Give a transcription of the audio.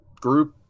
group